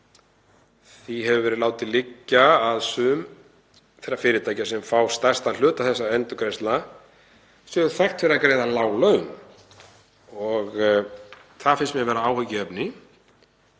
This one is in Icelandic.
því hefur verið látið liggja að sum þeirra fyrirtækja sem fá stærstan hluta þessara endurgreiðslna séu þekkt fyrir að greiða lág laun og það finnst mér vera áhyggjuefni.